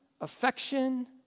affection